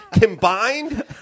combined